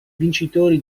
vincitori